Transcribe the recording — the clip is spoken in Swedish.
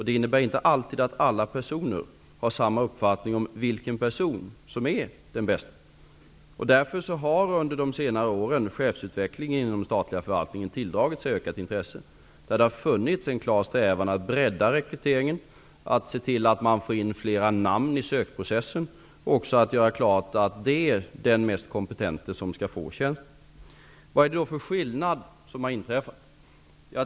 Det innebär inte alltid att alla personer har samma uppfattning om vilken person som är den bästa. Därför har chefsutvecklingen inom den statliga förvaltningen under de senare åren tilldragit sig ökat intresse. Det har funnits en klar strävan att bredda rekryteringen, se till att man får in fler namn i sökprocessen och göra klart att det är den mest kompetente som skall få tjänsten. Vad är det då för skillnad som har inträffat?